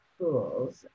tools